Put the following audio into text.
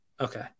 Okay